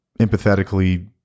empathetically